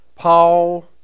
Paul